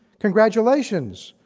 congratulations,